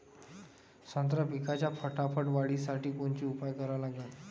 संत्रा पिकाच्या फटाफट वाढीसाठी कोनचे उपाव करा लागन?